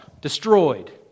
destroyed